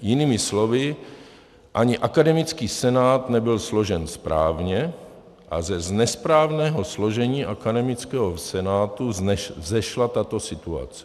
Jinými slovy, ani akademický senát nebyl složen správně a z nesprávného složení akademického senátu vzešla tato situace.